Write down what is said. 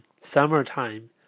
summertime